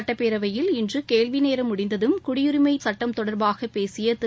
சட்டப்பேரவையில் இன்று கேள்விநேரம் முடிந்ததும் குடியுரிமை சட்டம் தொடர்பாக பேசிய திரு